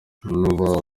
ntuba